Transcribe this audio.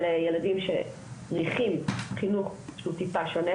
אלה ילדים שצריכים חינוך שהוא טיפה שונה,